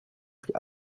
wie